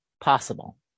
possible